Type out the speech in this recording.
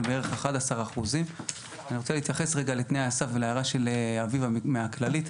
בערך 11%. אני רוצה להתייחס רגע לתנאי הסף ולהערה של אביבה מהכללית.